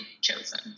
chosen